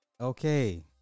Okay